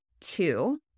two